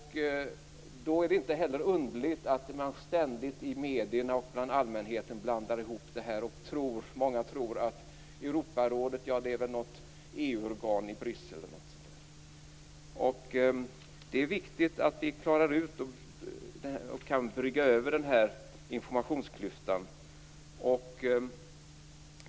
Då är det inte heller underligt att man ständigt i medierna och bland allmänheten blandar ihop detta. Många tror att Europarådet, ja, det är väl något EU-organ i Bryssel eller något sådant. Det är viktigt att vi kan brygga över den här informationsklyftan.